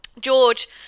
George